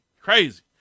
Crazy